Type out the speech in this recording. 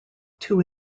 two